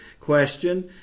question